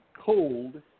cold